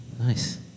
Nice